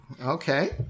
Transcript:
Okay